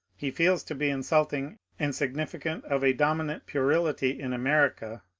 he feels to be insulting and significant of a dominant puer ility in america,